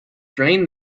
drain